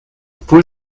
pull